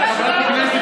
את חברת כנסת